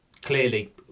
Clearly